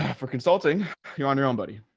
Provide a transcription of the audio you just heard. for consulting you're on your own buddy.